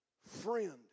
Friend